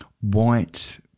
white